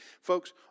Folks